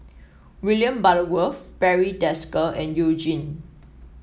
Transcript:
William Butterworth Barry Desker and You Jin